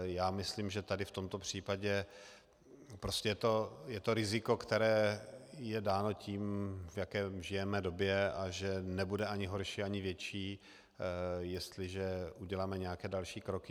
Já myslím, že v tomhle případě prostě je to riziko, které je dáno tím, v jaké žijeme době, a že nebude ani horší, ani větší, jestliže uděláme nějaké další kroky.